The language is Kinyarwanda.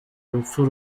urupfu